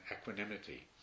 equanimity